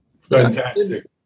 Fantastic